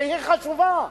שהיא חשובה,